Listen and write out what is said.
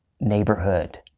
neighborhood